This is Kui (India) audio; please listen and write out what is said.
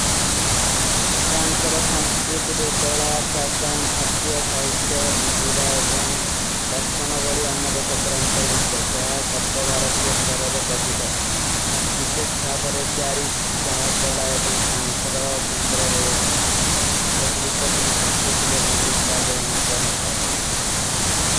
ଫ୍ରାଂସ ଔର ସଂସ୍କୃତି ରେ କଲା, ଫୈଶନ, ଖତ୍ଯୋ, ସାହିତ୍ଯୋ, ପିଂଧିଵା ଏବଂଗ, ଦର୍ଶନ ଭଲୀ ଅନ୍ନେ କା କେଟର। ଅଂତର ଭୁକ୍ତ ଜହା ସର୍ପଭାରତୀ ଅସ୍ତର ରେ ପସିଦ ହୋ। ଵିଶେଶ ଭାଵରେ ପ୍ଯାରୀ ଜହା କଲା ଏବଂଗ ଫ୍ରାଂସ ଔର କେଂଡର ହୋଯା ସୁଚୀ। ଏକା ଗୁରୁତ ପୁର୍ଣ ସଂସ୍କୃତି କା ଭୁମିକ କା ଗ୍ରହନ କରୀ ଥାଈ।